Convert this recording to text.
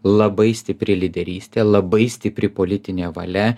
labai stipri lyderystė labai stipri politinė valia